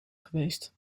geweest